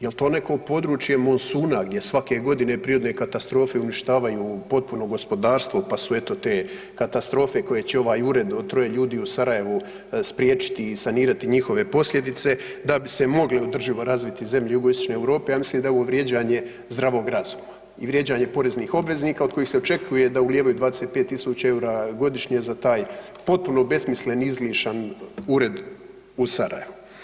Je li to neko područje monsuna gdje svake godine prirodne katastrofe uništavaju potpuno gospodarstvo pa su te katastrofe koje će taj ured od troje ljudi u Sarajevu spriječiti i sanirati njihove posljedice, da bi se mogle održivo razbiti zemlje jugoistočne Europe, ja mislim da je ovo vrijeđanje zdravog razuma i vrijeđanje poreznih obveznika od kojih se očekuje da ulijevaju 25 tisuća eura godišnje za taj potpuno besmislen i ... ured u Sarajevu.